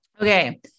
Okay